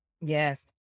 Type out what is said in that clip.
Yes